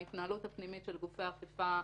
ההתנהלות הפנימית של גופי האכיפה,